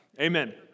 Amen